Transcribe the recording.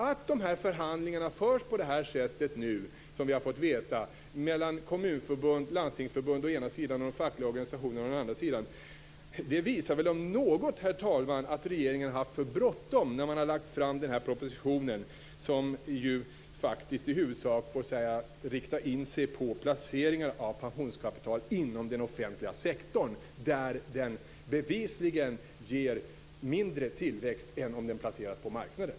Att förhandlingarna nu förs på det sätt som vi har fått veta mellan Kommunförbundet och Landstingsförbundet å ena sidan och de fackliga organisationerna å den andra sidan visar väl om något att regeringen har haft för bråttom när man har lagt fram propositionen, som ju faktiskt i huvudsak riktar in sig på placeringar av pensionskapital inom den offentliga sektorn, där det bevisligen ger mindre tillväxt än om det placeras på marknaden.